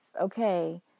Okay